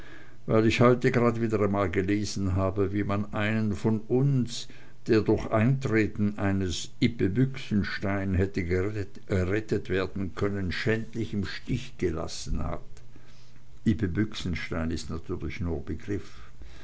weil ich grade heute wieder gelesen habe wie man einen von uns der durch eintreten eines ippe büchsenstein hätte gerettet werden können schändlich im stich gelassen hat ippe büchsenstein ist natürlich nur begriff